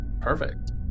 Perfect